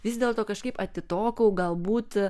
vis dėlto kažkaip atitokau galbūt